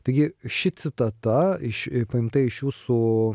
taigi ši citata iš paimta iš jūsų